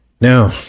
Now